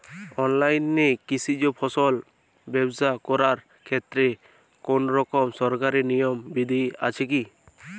অনলাইনে কৃষিজ ফসল ব্যবসা করার ক্ষেত্রে কোনরকম সরকারি নিয়ম বিধি আছে কি?